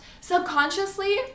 subconsciously